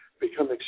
become